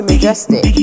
majestic